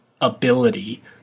ability